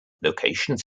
locations